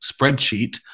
spreadsheet